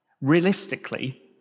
realistically